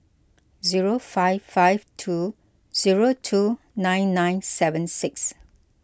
zero five five two zero two nine nine seven six